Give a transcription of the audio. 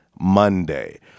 Monday